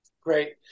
Great